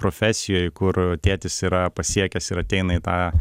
profesijoj kur tėtis yra pasiekęs ir ateina į tą